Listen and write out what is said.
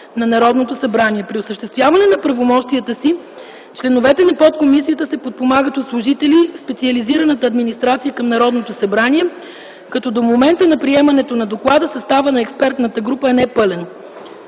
Народното събрание. При осъществяване на правомощията си членовете на подкомисията се подпомагат от служители в специализираната администрация към Народното събрание, като до момента на приемането на доклада, съставът на експертната група е непълен.